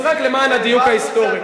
אז רק למען הדיוק ההיסטורי.